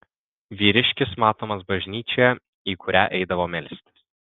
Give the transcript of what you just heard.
vyriškis matomas bažnyčioje į kurią eidavo melstis